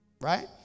right